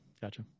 gotcha